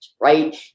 right